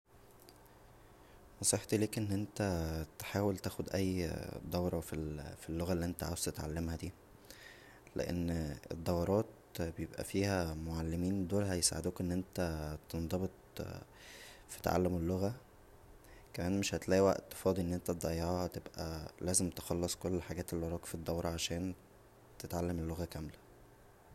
نصيحتى ليك ان انت تحاول تاخد اى دوره فى اللغه اللى انت عاوز تتعلمها دى لان الدورات بيبقى فيها معلمين دول هيساعدوك ان انت تنضبط فى تعلم اللغه كمان مش هتلاقى وقت فاضى ان انت تضيعه هتبقى لازم تخلص كل الحاجات اللى وراك فالدوره عشان تتعلم اللغه كامله